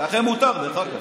לכם מותר, דרך אגב.